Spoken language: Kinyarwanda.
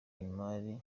imari